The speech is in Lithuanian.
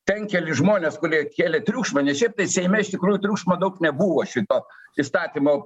ten keli žmonės kurie kėlė triukšmą nes šiaip tai seime iš tikrųjų triukšmo daug nebuvo šito įstatymo